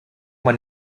man